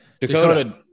Dakota